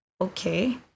Okay